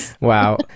Wow